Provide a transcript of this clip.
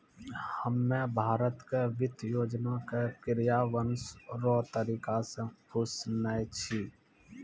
हम्मे भारत के वित्त योजना के क्रियान्वयन रो तरीका से खुश नै छी